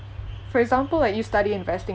for example like you study investing